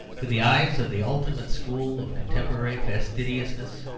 to the eyes of the ultimate school of contemporary fastidiousness,